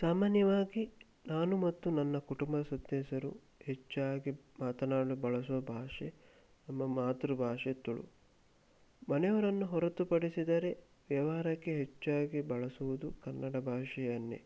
ಸಾಮಾನ್ಯವಾಗಿ ನಾನು ಮತ್ತು ನನ್ನ ಕುಟುಂಬದ ಸದಸ್ಯರು ಹೆಚ್ಚಾಗಿ ಮಾತನಾಡಲು ಬಳಸುವ ಭಾಷೆ ನಮ್ಮ ಮಾತೃಭಾಷೆ ತುಳು ಮನೆಯವರನ್ನು ಹೊರತುಪಡಿಸಿದರೆ ವ್ಯವಹಾರಕ್ಕೆ ಹೆಚ್ಚಾಗಿ ಬಳಸುವುದು ಕನ್ನಡ ಭಾಷೆಯನ್ನೇ